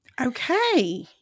Okay